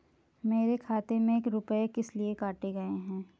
मेरे खाते से रुपय किस लिए काटे गए हैं?